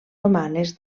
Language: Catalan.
romanes